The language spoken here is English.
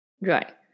Right